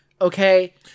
okay